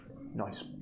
Nice